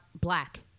black